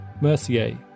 Mercier